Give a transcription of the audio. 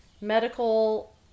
medical